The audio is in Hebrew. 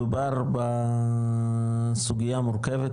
מדובר בסוגייה מורכבת,